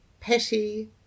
Petty